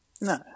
No